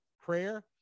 prayer